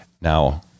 Now